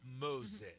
Moses